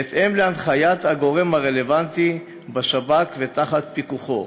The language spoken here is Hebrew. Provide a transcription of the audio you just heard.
בהתאם להנחיית הגורם הרלוונטי בשב"כ ותחת פיקוחו.